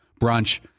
brunch